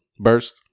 burst